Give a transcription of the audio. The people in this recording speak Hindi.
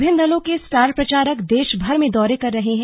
विभिन्न दलों के स्टार प्रचारक देशभर में दौरे कर रहे हैं